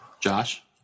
Josh